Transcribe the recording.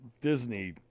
Disney